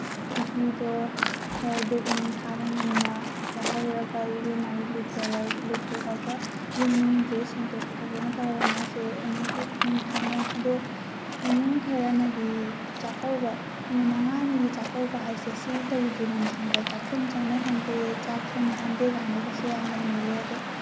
ꯅꯨꯄꯤꯗꯣ ꯍꯣꯏ ꯙꯨꯛ ꯅꯨꯡ ꯊꯥꯗꯅ ꯉꯟꯅ ꯌꯥꯍꯧꯔꯒ ꯏꯔꯨ ꯃꯥꯏ ꯂꯨꯊꯣꯛꯑꯒ ꯌꯨꯝ ꯅꯨꯡꯁꯦ ꯁꯦꯡꯇꯣꯛ ꯈꯣꯠꯇꯣꯛꯇꯅ ꯇꯧꯔ ꯃꯥꯁꯦ ꯑꯃꯨꯛ ꯙꯨꯛ ꯅꯨꯡ ꯊꯥꯅꯩ ꯑꯗꯣ ꯏꯃꯨꯡ ꯈꯔꯅꯗꯤ ꯆꯥꯛꯀꯧꯕ ꯅꯨꯃꯤꯠ ꯃꯉꯥꯅꯤꯒꯤ ꯆꯥꯛꯀꯧꯕ ꯍꯥꯏꯁꯦ ꯁꯤ ꯇꯧꯗ꯭ꯔꯤ ꯃꯃꯥꯡꯗ ꯆꯥꯛꯈꯨꯝ ꯆꯪꯅꯍꯟꯗꯦ ꯆꯥꯛ ꯊꯣꯡꯅꯍꯟꯗꯦ ꯀꯥꯏꯅꯒꯁꯨ ꯌꯥꯝ ꯂꯩꯅꯩꯌꯦ ꯑꯗꯣ